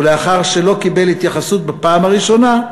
ולאחר שלא קיבל התייחסות בפעם הראשונה,